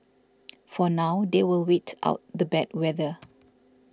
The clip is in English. for now they will wait out the bad weather